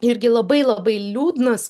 irgi labai labai liūdnas